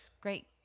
great